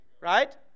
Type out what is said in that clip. right